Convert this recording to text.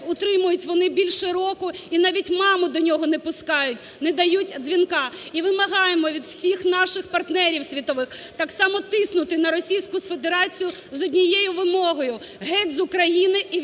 утримують вони більше року і навіть маму до нього не пускають, не дають дзвінка. І вимагаємо від всіх наших партнерів світових так само тиснути на Російську Федерацію з однією вимогою: "Геть з України і